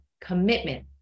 commitment